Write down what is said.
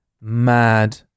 mad